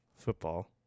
football